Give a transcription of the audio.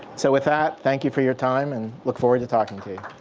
so with that thank you for your time. and look forward to talking to